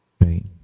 right